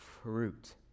Fruit